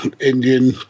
Indian